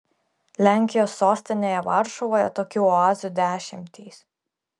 lenkijos sostinėje varšuvoje tokių oazių dešimtys